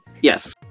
Yes